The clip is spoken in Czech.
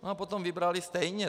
No a potom vybrali stejně.